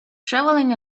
traveling